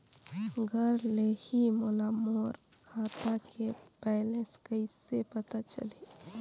घर ले ही मोला मोर खाता के बैलेंस कइसे पता चलही?